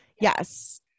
Yes